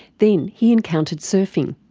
then he encountered surfing.